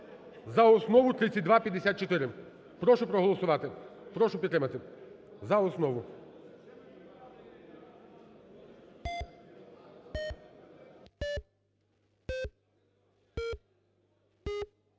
За основу 3254. Прошу проголосувати, прошу підтримати за основу.